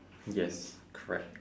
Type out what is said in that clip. yes correct